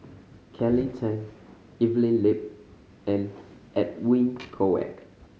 Kelly Tang Evelyn Lip and Edwin Koek